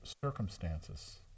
circumstances